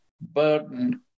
burden